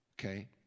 okay